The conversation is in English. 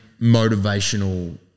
motivational